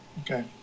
Okay